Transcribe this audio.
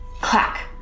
clack